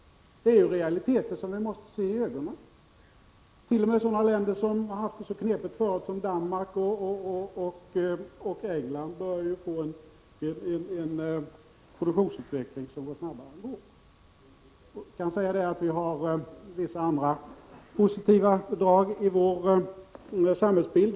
Detta är realiteter som vi måste se i ögonen. T. o. m. sådana länder som har haft det så knepigt förut, som Danmark och England, bör få en produktionsutveckling som går snabbare än vår. Det finns vissa andra positiva drag i vår samhällsbild.